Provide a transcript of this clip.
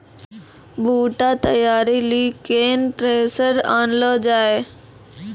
बूटा तैयारी ली केन थ्रेसर आनलऽ जाए?